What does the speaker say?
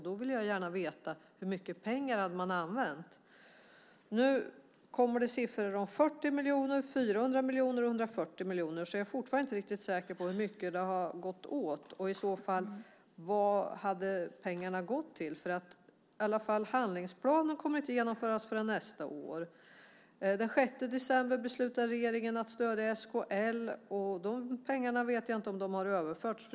Då ville jag gärna veta hur mycket pengar man hade använt. Nu kommer det siffror om 40, 400 och 140 miljoner. Jag är fortfarande inte riktigt säker på hur mycket som har gått åt. Vad har i så fall pengarna gått till? Handlingsplanen kommer i varje fall inte att genomföras förrän nästa år. Den 6 december beslutade regeringen att stödja SKL. Jag vet inte om de pengarna har överförts.